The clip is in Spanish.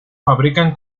fabrican